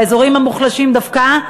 באזורים המוחלשים דווקא,